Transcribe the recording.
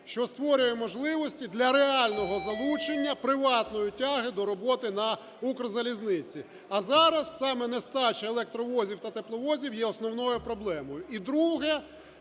що створює можливості для реального залучення приватної тяги до роботи на "Укрзалізниці", а зараз саме нестача електровозів та тепловозів є основною проблемою. І друге